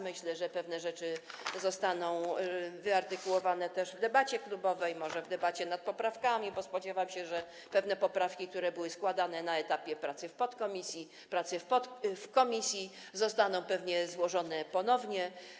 Myślę, że pewne rzeczy zostaną też wyartykułowane w debacie klubowej, może w debacie nad poprawkami, bo spodziewam się, że pewne poprawki, które były składane na etapie pracy w podkomisji, pracy w komisji, zostaną złożone ponownie.